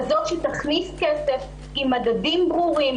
כזאת שתכניס כסף עם מדדים ברורים,